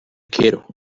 quiero